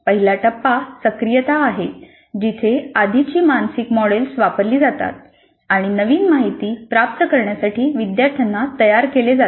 पहिला टप्पा सक्रियता आहे जिथे आधीची मानसिक मॉडेल्स वापरली जातात आणि नवीन माहिती प्राप्त करण्यासाठी विद्यार्थ्यांना तयार केले जाते